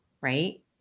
right